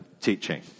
teaching